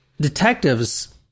detectives